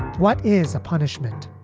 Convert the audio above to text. what is a punishment?